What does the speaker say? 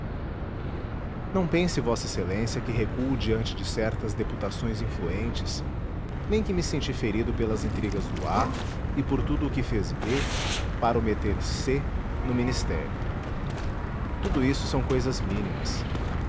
não pense v ex a que recuo diante de certas deputações influentes nem que me senti ferido pelas intrigas do a e por tudo o que fez o b para meter o c no ministério tudo isso são cousas mínimas